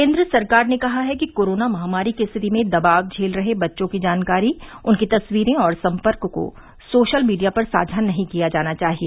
केन्द्र सरकार ने कहा है कि कोरोना महामारी की स्थिति में दबाव झेल रहे बच्चों की जानकारी उनकी तस्वीरें और संपर्क को सोशल मीडिया पर साझा नहीं किया जाना चाहिए